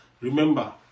remember